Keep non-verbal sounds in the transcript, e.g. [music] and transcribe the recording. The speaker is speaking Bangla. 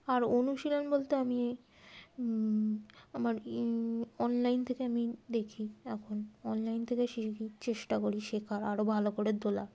আর অনুশীলন বলতে আমি আমার [unintelligible] অনলাইন থেকে আমি দেখি এখন অনলাইন থেকে শিখি চেষ্টা করি শেখার আরও ভালো করে তোলার